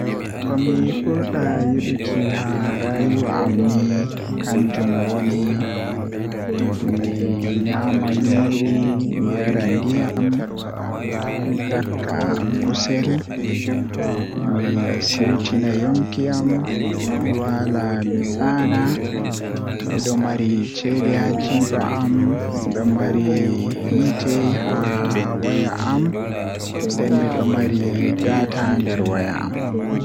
Komi burda yiduki haa rayuwa amni kanjum woni mi nyama nyiri mi yara ndiyam mi iyakka kusel mi siwtina yonki am mi waala mi daana midon mari ceede haa bandu am midon mari hiite haa waya am nden midon mari data haa waya am.